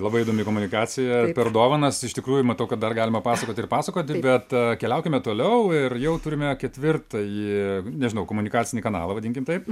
labai įdomi komunikacija per dovanas iš tikrųjų matau kad dar galima pasakoti ir pasakoti bet keliaukime toliau ir jau turime ketvirtąjį nežinau komunikacinį kanalą vadinkim taip